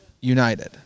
United